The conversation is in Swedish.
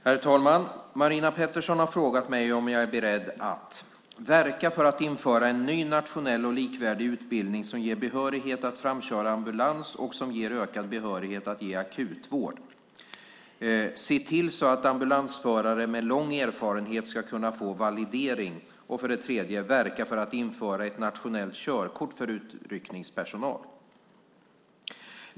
Herr talman! Marina Pettersson har frågat mig om jag för det första är beredd att verka för att införa en ny nationell och likvärdig utbildning som ger behörighet att framköra ambulans och som ger ökad behörighet att ge akutvård, för det andra att se till så att ambulansförare med lång erfarenhet ska kunna få validering och för det tredje att verka för att införa ett nationellt körkort för utryckningspersonal.